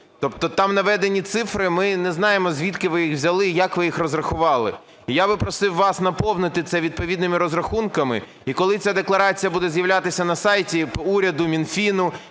Тобто там наведені цифри, ми не знаємо, звідки ви їх взяли, як ви їх розрахували. Я би просив вас наповнити це відповідними розрахунками. І коли ця декларація буде з'являтися на сайті уряду, Мінфіну,